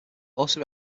also